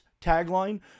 tagline